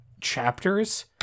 chapters